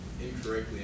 incorrectly